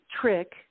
trick